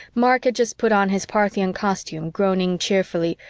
mark had just put on his parthian costume, groaning cheerfully,